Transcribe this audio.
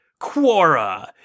Quora